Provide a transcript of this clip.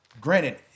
Granted